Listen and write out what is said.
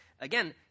again